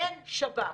אין שב"כ.